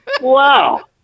wow